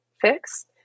fix